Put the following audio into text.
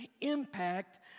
impact